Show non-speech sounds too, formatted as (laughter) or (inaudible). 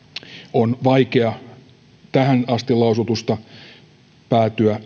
on vaikea tähän asti lausutusta päätyä (unintelligible)